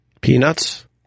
peanuts